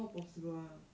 not possible ah